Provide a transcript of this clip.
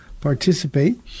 participate